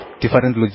different